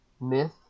myth